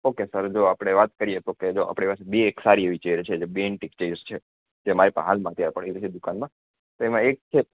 okay સારું જો આપણે વાત કરીએ તો જો કે બે સારી એવી ચેર છે બેનટીક ચેરસ્ છે જે મારી પાસે હાલમાં અત્યારે પડી છે દુકાનમાં તેમાં એક છે